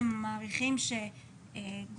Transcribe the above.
אם הם מעריכים שגדול,